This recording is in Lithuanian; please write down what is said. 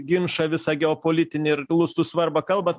ginčą visą geopolitinį ir lustų svarbą kalbat